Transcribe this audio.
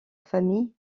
famille